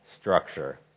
structure